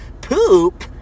poop